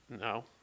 No